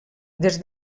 des